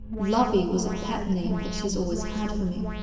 lovie was a pet name that she's always had for me.